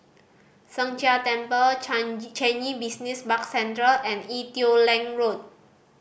Sheng Jia Temple Changi Business Park Central and Ee Teow Leng Road